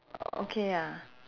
okay ah